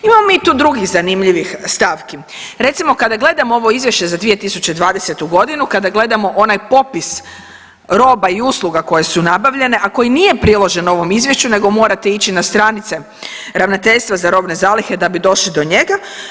Imamo mi tu i drugih zanimljivih stavki, recimo kada gledamo ovo izvješće za 2020.g., kada gledamo onaj popis roba i usluga koje su nabavljene, a koji nije priložen ovom izvješću nego morate ići na stranice ravnateljstva za robne zalihe da bi došli do njega.